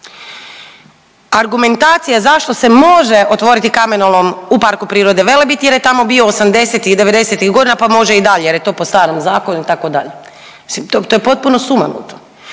Argumentacija zašto se može otvoriti kamenolom u PP Velebit jer je tamo bio osamdesetih i devedesetih godina pa može i dalje jer je to po starom zakonu itd., mislim to je potpuno sumanuto.